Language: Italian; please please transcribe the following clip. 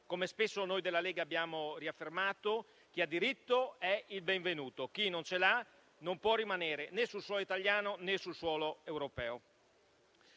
Come spesso noi della Lega abbiamo riaffermato, chi ha diritto è il benvenuto; chi non ce l'ha non può rimanere né sul suolo italiano, né sul suolo europeo.